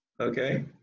Okay